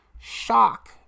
Shock